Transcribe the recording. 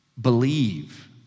Believe